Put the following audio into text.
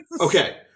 Okay